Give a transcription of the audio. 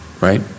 Right